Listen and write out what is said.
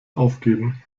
aufgeben